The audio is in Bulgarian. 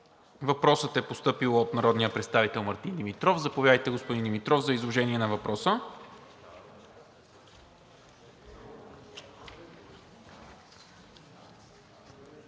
Въпросът е постъпил от народния представител Мартин Димитров. Заповядайте, господин Димитров, за изложение на въпроса.